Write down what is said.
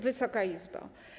Wysoka Izbo!